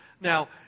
Now